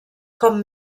com